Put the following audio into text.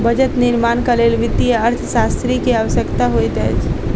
budget निर्माणक लेल वित्तीय अर्थशास्त्री के आवश्यकता होइत अछि